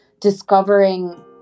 discovering